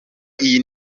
iyi